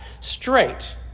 straight